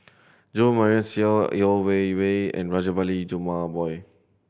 Jo Marion Seow Yeo Wei Wei and Rajabali Jumabhoy